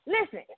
Listen